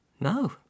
No